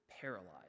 paralyzed